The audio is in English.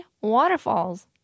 Waterfalls